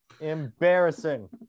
Embarrassing